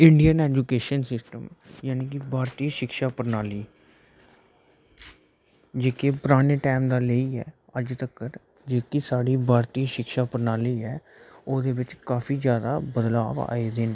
Indian education system यानि की भारती शिक्षा प्रणाली जेह्के पराने टैमां लेइयै अज्ज तक्कर जेह्की साढ़ी भारती शिक्षा प्रणाली ऐ ओहदे च काफी जादा बदलाव आई गेदे न